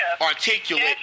articulate